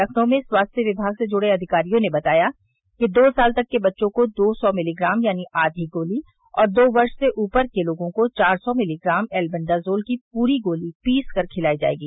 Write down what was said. लखनऊ में स्वास्थ्य विभाग से जुड़े अधिकारियों ने बताया कि दो साल तक के बच्चों को दो सौ मिलीग्राम यानी आधी गोली और दो वर्ष से ऊपर के लोगों को चार सौ मिलीग्राम एल्बेंडाजोल की पूरी गोली पीस कर खिलाई जायेगी